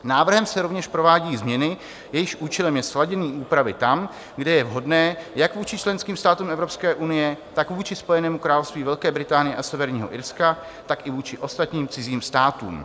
Návrhem se rovněž provádí změny, jejichž účelem je sladění úpravy tam, kde je to vhodné, jak vůči členským státům EU, tak vůči Spojenému království Velké Británie a Severního Irska, tak i vůči ostatním cizím státům.